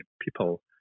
people